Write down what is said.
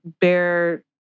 bear